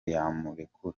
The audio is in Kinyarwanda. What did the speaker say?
yamurekura